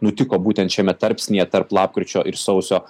nutiko būtent šiame tarpsnyje tarp lapkričio ir sausio